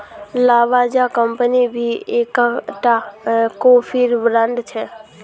Lavazza company भी एक टा कोफीर ब्रांड छे